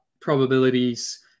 probabilities